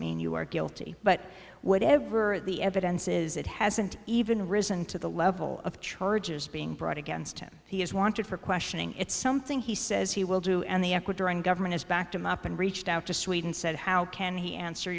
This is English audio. mean you are guilty but whatever the evidence is it hasn't even risen to the level of charges being brought against him he is wanted for questioning it's something he says he will do and the ecuadorian government has backed him up and reached out to sweden said how can he answer